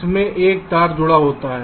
इसमें एक तार जुड़ा होता है